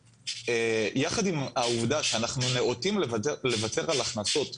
יחד עם העובדה שאנחנו נאותים לוותר על הכנסות פעם-פעמיים,